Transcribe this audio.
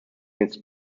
its